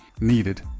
needed